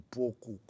pouco